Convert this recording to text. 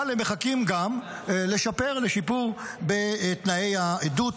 אבל הם מחכים גם לשיפור בתנאי העדות.